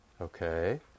Okay